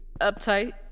uptight